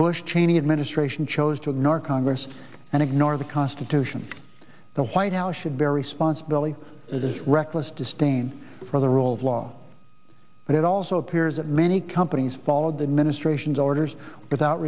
bush cheney administration chose to ignore congress and ignore the constitution the white house should bear responsibility it is reckless disdain for the rule of law but it also appears that many companies followed the administration's orders without